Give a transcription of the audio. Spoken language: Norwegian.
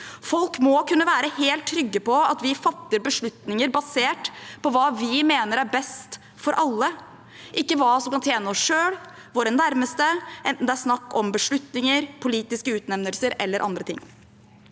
Folk må kunne være helt trygge på at vi fatter beslutninger basert på hva vi mener er best for alle, ikke på hva som kan tjene oss selv eller våre nærmeste, enten det er snakk om beslutninger, politiske utnevnelser eller andre ting.